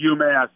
UMass